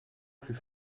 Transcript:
plus